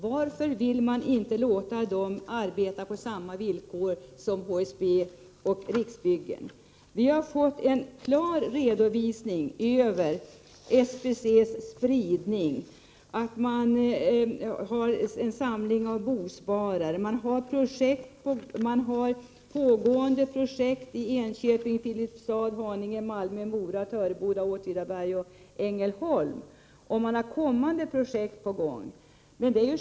Varför vill man inte låta SBC arbeta på samma villkor som HSB och Riksbyggen? Vi har fått en klar redovisning av SBC:s spridning. SBC har en samling av bosparare. Projekt pågår i Enköping, Filipstad, Haninge, Malmö, Mora, Töreboda, Åtvidaberg och Ängelholm. SBC har också ännu fler projekt på gång.